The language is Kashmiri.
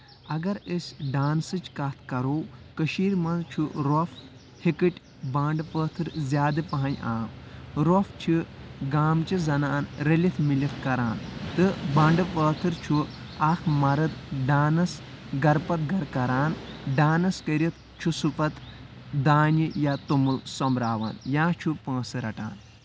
اگر أسۍ ڈانسٕچ کتھ کرو کٔشیٖرِ منٛز چھُ روٚف ہیٚکٕٹۍ بانڈٕ پٲتھر زیادٕ پَہنۍ عام رۄپھ چھِ گامہٕ چہِ زَنان رٔلِتھ مِلِتھ کران تہٕ بانڈٕ پٲتھر چھُ اکھ مرٕد ڈانٕس گرٕ پتہٕ گرٕ کران ڈانٕس کٔرِتھ چھُ سُہ پَتہٕ دانہِ یا توٚمُل سوٚمراوان یا چھُ پونٛسہٕ رَٹان